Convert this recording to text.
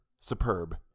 superb